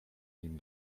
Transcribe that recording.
nim